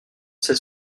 sait